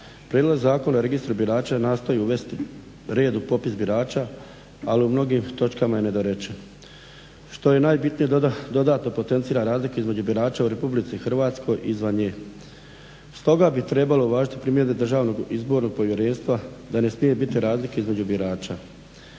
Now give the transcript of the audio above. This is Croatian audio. Prijedlog zakona o registru birača nastoji uvesti red u popis birača, ali u mnogim točkama je nedorečen. Što je najbitnije, dodatno potencira razliku između birača u Republici Hrvatskoj i izvan nje. Stoga bi trebalo važiti primjedbe Državnog izbornog povjerenstva da ne smije biti razlike između birača.